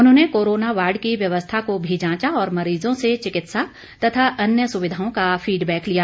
उन्होंने corona ward की व्यवस्था को भी जांचा और मरीजों से चिकित्सा तथा अन्य सुविधाओं का फीडबैक लिया